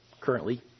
currently